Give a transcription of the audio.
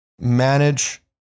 manage